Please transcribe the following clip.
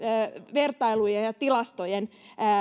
vertailujen ja tilastojen